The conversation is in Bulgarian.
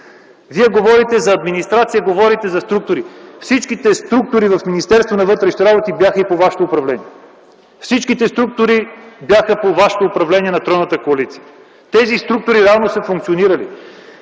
Вие говорите за администрация, говорите за структури. Всички структури в Министерството на вътрешните работи бяха и по Вашето управление. Всичките структури бяха по Вашето управление и на тройната коалиция. Тези структури реално са функционирали.